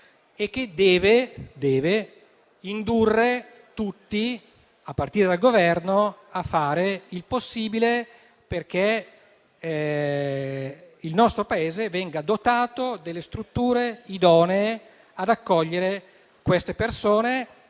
ragione deve indurre tutti, a partire dal Governo, a fare il possibile perché il nostro Paese venga dotato di strutture idonee ad accogliere queste persone: